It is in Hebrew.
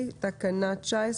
מי בעד תקנה 19?